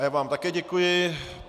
Já vám také děkuji.